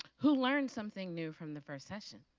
who learned something new from the first session?